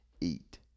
eat